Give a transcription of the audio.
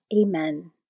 Amen